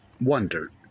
wondered